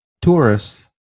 tourists